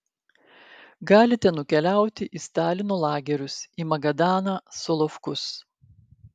galite nukeliauti į stalino lagerius į magadaną solovkus